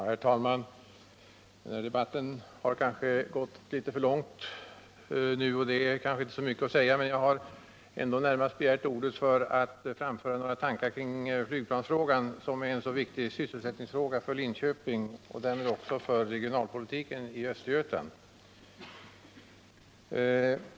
Herr talman! Debatten har kanske pågått litet för länge, och det är inte så mycket mer att säga. Jag har dock närmast begärt ordet för att få framföra några tankar kring flygplansfrågan, som är så viktig ur sysselsättningssynpunkt för Linköping och därmed också för regionalpolitiken i Östergötland.